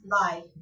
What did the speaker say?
life